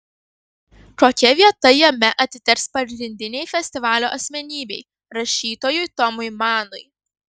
kokia vieta jame atiteks pagrindinei festivalio asmenybei rašytojui tomui manui